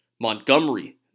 Montgomery